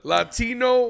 Latino